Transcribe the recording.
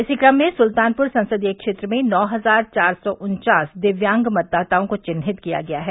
इस क्रम में सुल्तानपुर संसदीय क्षेत्र में नौ हजार चार सौ उन्चास दिव्यांग मतदाताओं को चिन्हित किया गया है